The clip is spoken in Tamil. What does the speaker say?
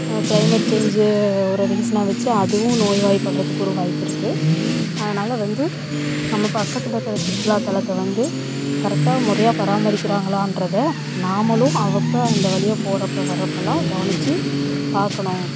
கிளைமேட் சேஞ்சு ஒரு ரீசனாக வச்சி அதுவும் நோய் வாய் படுறத்துக்கு ஒரு வாய்ப்பு இருக்கு அதனால வந்து நம்ம பக்கத்தில் இருக்கிற சுற்றுலாத்தலத்தை வந்து கரெக்டாக முறையாக பராமரிக்கிறாங்களான்றதை நாமளும் அவ்வப்போ அந்த வழியாக போறப்போ வர்றப்போல்லாம் கவனிச்சு பார்க்கணும்